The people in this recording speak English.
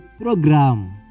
program